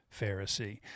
Pharisee